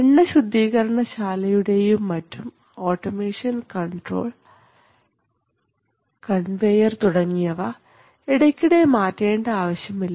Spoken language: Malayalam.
എണ്ണ ശുദ്ധീകരണശാലയുടെയും മറ്റും ഓട്ടോമേഷൻ കണ്ട്രോൾ കൺവെയർ തുടങ്ങിയവ ഇടയ്ക്കിടെ മാറ്റേണ്ട ആവശ്യമില്ല